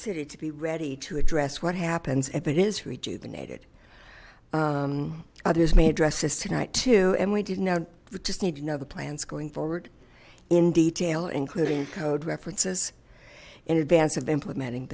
city to be ready to address what happens if it is rejuvenated others may dresses tonight too and we do know just need to know the plans going forward in detail including code references in advance of implementing